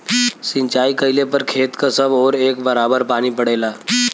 सिंचाई कइले पर खेत क सब ओर एक बराबर पानी पड़ेला